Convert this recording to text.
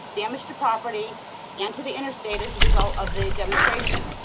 damage to property and to the interstate as a result of the demonstration.